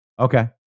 Okay